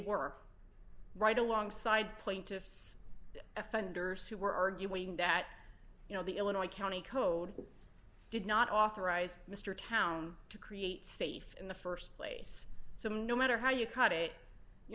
were right alongside plaintiffs offenders who were arguing that you know the illinois county code did not authorize mr town to create safe in the st place so no matter how you cut it you